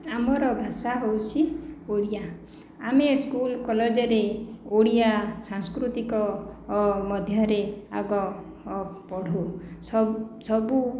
ଆମର ଭାଷା ହେଉଛି ଓଡ଼ିଆ ଆମେ ସ୍କୁଲ କଲେଜରେ ଓଡ଼ିଆ ସାଂସ୍କୃତିକ ମଧ୍ୟ ରେ ଆଗ ପଢ଼ୁ ସବୁ